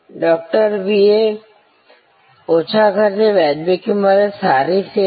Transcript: અમે આગામી સત્રમાં જોઈશું કે કેવી રીતે અરવિંદ આંખની હોસ્પિટલે તે સિદ્ધાંતોનો ઉપયોગ કર્યો જે મેકડોનાલ્ડ્સ પાસેથી શીખી શકાય